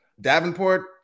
Davenport